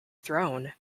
thrown